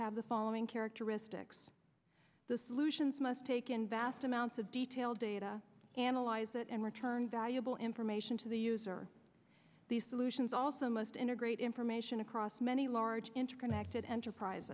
have the following characteristics the solutions must take in vast amounts of detailed data analyze it and return valuable information to the user these solutions also must integrate information across many large interconnected enterprise